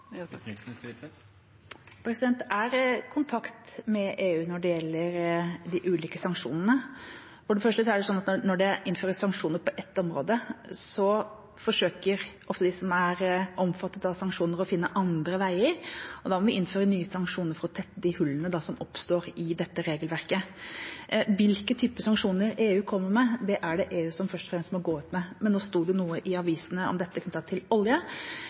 Det er kontakt med EU når det gjelder de ulike sanksjonene. For det første: Når det innføres sanksjoner på ett område, forsøker også de som er omfattet av sanksjoner, å finne andre veier. Da må vi innføre nye sanksjoner for å tette de hullene som oppstår i regelverket. Hvilke typer sanksjoner som EU kommer med, er det først og fremst EU som må gå ut med. Det sto noe i avisene om dette knyttet til olje.